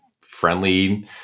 friendly